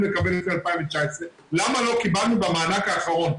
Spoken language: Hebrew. לקבל לפי 2019. למה לא קיבלנו במענק האחרון.